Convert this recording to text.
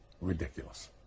ridiculous